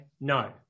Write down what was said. no